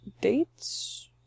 dates